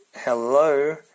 Hello